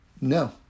no